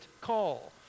call